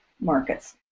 markets